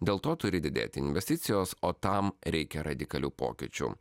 dėl to turi didėti investicijos o tam reikia radikalių pokyčių